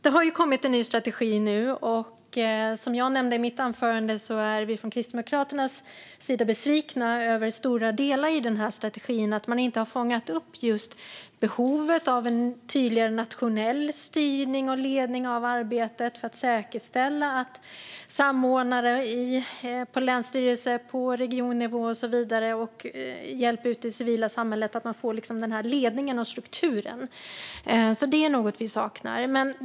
Det har ju kommit en ny strategi nu, och som jag nämnde i mitt anförande är vi från Kristdemokraternas sida besvikna över stora delar i strategin - att man inte har fångat upp behovet av en tydligare nationell styrning och ledning av arbetet för att säkerställa samordning på länsstyrelse och regionnivå och hjälp ute i det civila samhället så att man får ledning och struktur. Detta är något vi saknar.